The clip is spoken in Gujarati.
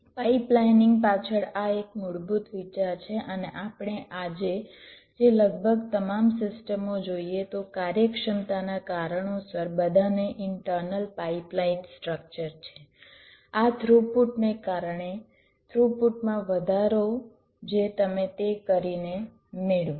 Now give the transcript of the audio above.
પાઇપલાઇનીંગ પાછળ આ એક મૂળભૂત વિચાર છે અને આપણે આજે જે લગભગ તમામ સિસ્ટમો જોઇએ તો કાર્યક્ષમતાના કારણોસર બધાને ઇન્ટરનલ પાઇપલાઇન સ્ત્રક્ચર છે આ થ્રુપુટને કારણે થ્રુપુટમાં વધારો જે તમે તે કરીને મેળવો